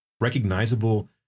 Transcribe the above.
recognizable